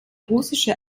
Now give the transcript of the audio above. russische